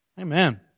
Amen